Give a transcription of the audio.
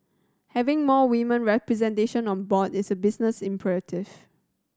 having more women representation on board is a business imperative